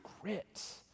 grit